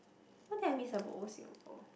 what does it mean to have a old Singapore